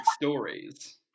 stories